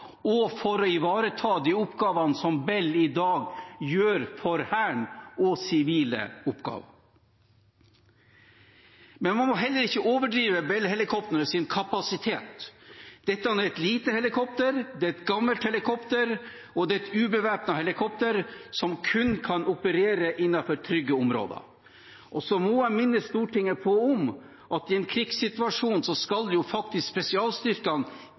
og for å ivareta de oppgavene som Bell i dag gjør for Hæren, og sivile oppgaver. Men man må heller ikke overdrive Bell-helikoptrenes kapasitet. Dette er et lite helikopter, det er gammelt helikopter, og det er et ubevæpnet helikopter, som kun kan operere innenfor trygge områder. Og så må jeg minne Stortinget om at i en krigssituasjon skal faktisk spesialstyrkene